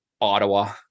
Ottawa